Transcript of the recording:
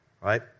right